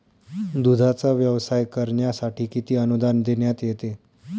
दूधाचा व्यवसाय करण्यासाठी किती अनुदान देण्यात येते?